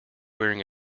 wearing